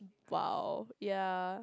!wow! ya